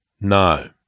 No